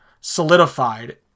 solidified